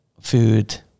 food